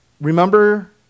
Remember